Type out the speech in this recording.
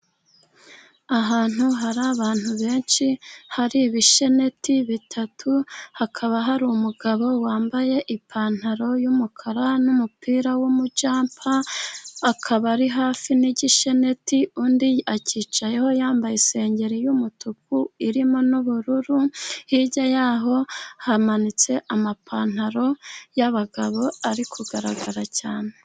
Ahantu hari abantu benshi, hari ibisheneti bitatu, hakaba hari umugabo wambaye ipantaro y'umukara n'umupira w'umujampa, akaba ari hafi n'igisheneti, undi acyicayeho, yambaye isengeri y'umutuku irimo n'ubururu, hirya ya ho hamanitse amapantaro y'abagabo ari kugaragara cyane.